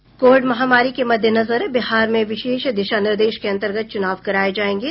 Covid महामारी के मद्देनजर बिहार में विशेष दिशा निर्देश के अंतर्गत चुनाव कराये जायेंगे